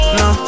no